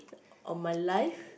on my life